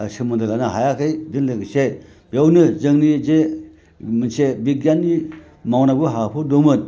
सोमोन्दो लानो हायाखै बिजों लोगोसे बेयावनो जोंनि जे मोनसे बिगियाननि मावनांगौ हाबाफोर दंमोन